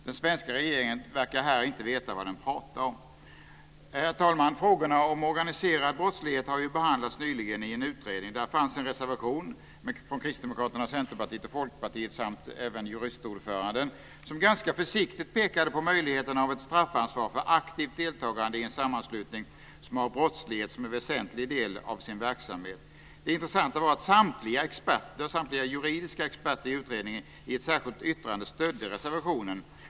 Den svenska regeringen verkar här inte veta vad den pratar om. Herr talman! Frågorna om organiserad brottslighet har behandlats nyligen i en utredning. Där fanns en reservation från Kristdemokraterna, Centerpartiet och Folkpartiet samt även juristordföranden, som ganska försiktigt pekade på möjligheten av ett straffansvar för aktivt deltagande i en sammanslutning som har brottslighet som en väsentlig del av sin verksamhet. Det intressanta var att samtliga juridiska experter i utredningen i ett särskilt yttrande stödde reservationen.